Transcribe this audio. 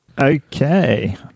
Okay